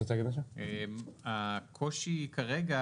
הקושי כרגע,